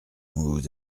vous